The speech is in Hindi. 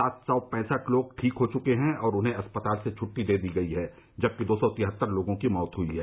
सात सौ पैंसठ लोग ठीक हो चुके हैं और उन्हें अस्पताल से छट्टी दे दी गई है जबकि दो सौ तिहत्तर लोगों की मौत हुई है